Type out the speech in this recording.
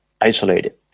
isolated